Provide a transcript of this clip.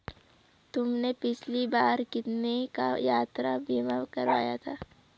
तुमने पिछली बार कितने का यात्रा बीमा करवाया था?